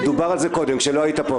דובר על זה קודם כשלא היית פה.